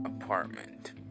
apartment